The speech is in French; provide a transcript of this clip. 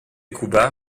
cuba